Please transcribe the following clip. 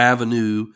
Avenue